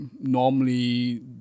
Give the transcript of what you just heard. normally